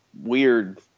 weird